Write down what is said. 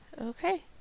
okay